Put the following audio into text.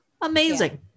Amazing